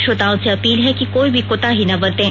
श्रोताओं से अपील है कि कोई भी कोताही न बरतें